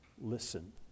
listen